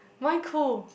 why cold